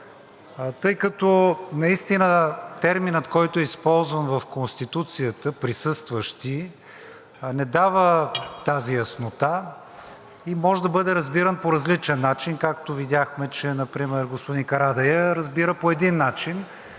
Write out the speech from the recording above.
Тъй като наистина терминът, който е използван в Конституцията – „присъстващи“ не дава тази яснота, и може да бъде разбиран по различен начин, както видяхме, че например господин Карадайъ разбира по един начин,